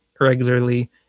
regularly